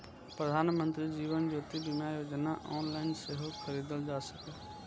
प्रधानमंत्री जीवन ज्योति बीमा योजना ऑनलाइन सेहो खरीदल जा सकैए